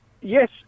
yes